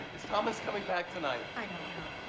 is thomas coming back tonight? i don't know.